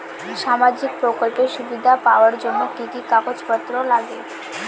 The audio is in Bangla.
সামাজিক প্রকল্পের সুবিধা পাওয়ার জন্য কি কি কাগজ পত্র লাগবে?